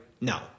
no